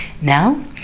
Now